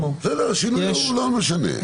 השינוי לא משנה.